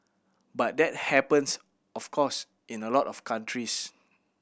but that happens of course in a lot of countries